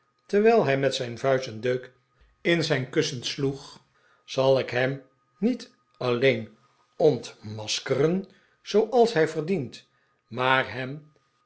terwijl hij met zijn vuist een deuk in zijn kussen sloeg zal ik hem niet alleen ontmaskeren zooals hij verdient maar hem